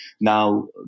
Now